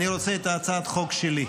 אני רוצה את הצעת חוק שלי.